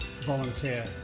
volunteer